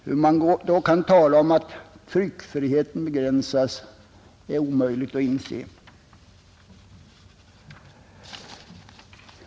Hur man då kan tala om att tryckfriheten begränsas är omöjligt att inse.